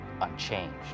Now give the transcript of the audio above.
unchanged